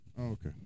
Okay